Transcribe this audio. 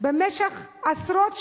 במשך עשרות שנים,